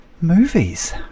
movies